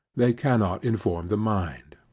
they cannot inform the mind,